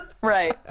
Right